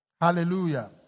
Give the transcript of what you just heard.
Hallelujah